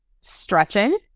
stretching